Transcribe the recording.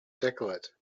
decollete